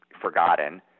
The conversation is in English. forgotten